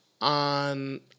on